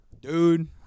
dude